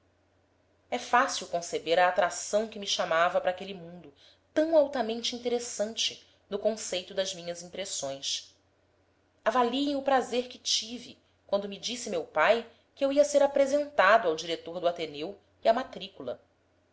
é fácil conceber a atração que me chamava para aquele mundo tão altamente interessante no conceito das minhas impressões avaliem o prazer que tive quando me disse meu pai que eu ia ser apresentado ao diretor do ateneu e à matrícula